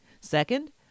Second